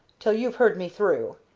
till you've heard me through.